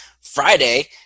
Friday